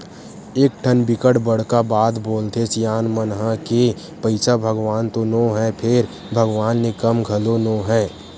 एकठन बिकट बड़का बात बोलथे सियान मन ह के पइसा भगवान तो नो हय फेर भगवान ले कम घलो नो हय